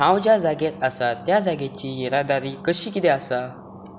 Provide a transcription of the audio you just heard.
हांव ज्या जाग्यार आसा त्या जाग्याची येरादारी कशी कितें आसा